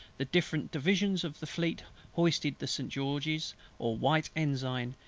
the different divisions of the fleet hoisted the st. george's or white ensign,